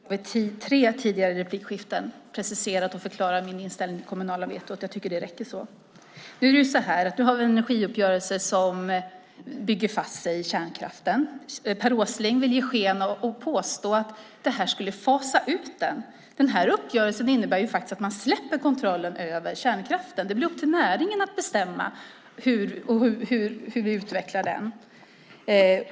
Herr talman! Jag har i tre tidigare replikskiften preciserat och förklarat min inställning till det kommunala vetot. Jag tycker att det räcker så. Vi har en energiuppgörelse som bygger fast sig i kärnkraften. Per Åsling vill ge sken av att den ska fasas ut. Den här uppgörelsen innebär att man släpper kontrollen av kärnkraften. Det blir upp till näringen att bestämma hur vi utvecklar den.